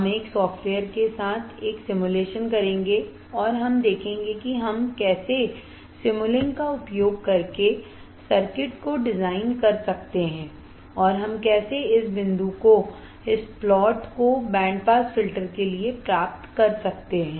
हम एक सॉफ्टवेयर के साथ एक सिमुलेशन करेंगे और हम देखेंगे कि हम कैसे सिमुलिंक का उपयोग करके सर्किट को डिज़ाइन कर सकते हैं और हम कैसे इस बिंदु को इस प्लॉट बैंड पास फिल्टर के लिए प्राप्त कर सकते हैं